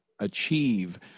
achieve